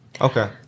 Okay